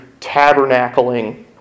tabernacling